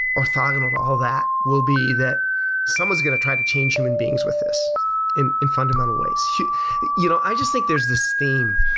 orthogonal to all that, will be that someone is going to try to change human beings with this in in fundamental ways. you know i just think there's this theme,